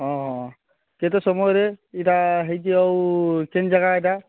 ହଁ କେତେ ସମୟରେ ଏଇଟା ହୋଇଛି ଆଉ କେଉଁ ଯାଗା ଏଇଟା